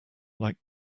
like